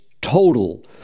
total